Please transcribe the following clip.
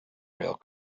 rail